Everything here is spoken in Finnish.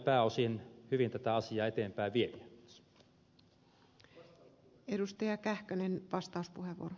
ne ovat olleet pääosin hyvin tätä asiaa eteenpäin vieviä